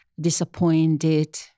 disappointed